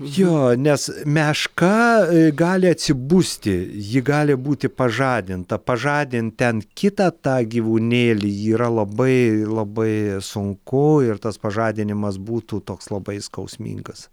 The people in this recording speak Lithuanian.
jo nes meška gali atsibusti ji gali būti pažadinta pažadint ten kitą tą gyvūnėlį yra labai labai sunku ir tas pažadinimas būtų toks labai skausmingas